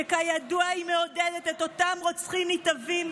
שכידוע מעודדת את אותם רוצחים נתעבים,